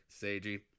Seiji